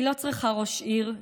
היא לא צריכה ראש עיר,